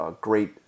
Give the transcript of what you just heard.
Great